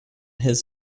his